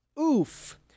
Oof